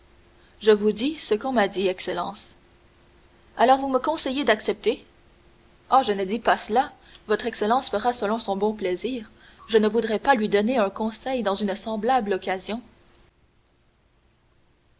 je vous dis ce qu'on m'a dit excellence alors vous me conseillez d'accepter oh je ne dis pas cela votre excellence fera selon son bon plaisir je ne voudrais pas lui donner un conseil dans une semblable occasion